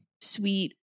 sweet